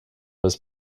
was